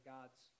God's